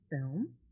film